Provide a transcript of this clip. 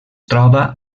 troba